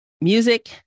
music